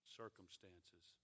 circumstances